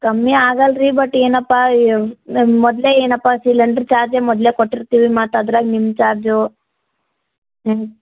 ಕಮ್ಮಿ ಆಗಲ್ಲ ರೀ ಬಟ್ ಏನಪ್ಪ ನಮ್ಗ ಮೊದಲೇ ಏನಪ್ಪ ಸಿಲಂಡ್ರ್ ಚಾರ್ಜೆ ಮೊದಲೇ ಕೊಟ್ಟಿರ್ತೀವಿ ಮತ್ತು ಅದ್ರಾಗ ನಿಮ್ದ ಚಾರ್ಜು ಹ್ಞೂ